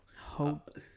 Hope